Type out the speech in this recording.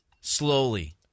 Slowly